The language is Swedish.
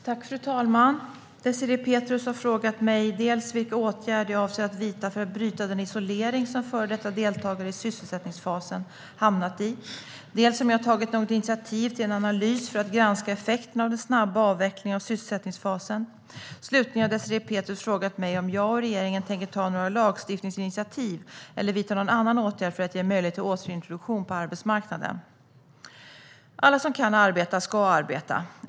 Svar på interpellationer Fru talman! Désirée Pethrus har frågat mig dels vilka åtgärder jag avser att vidta för att bryta den isolering som före detta deltagare i sysselsättningsfasen hamnat i, dels om jag tagit något initiativ till en analys för att granska effekterna av den snabba avvecklingen av sysselsättningsfasen. Slutligen har Désirée Pethrus frågat mig om jag och regeringen tänker ta några lagstiftningsinitiativ eller vidta någon annan åtgärd för att ge möjlighet till återintroduktion på arbetsmarknaden. Alla som kan arbeta ska arbeta.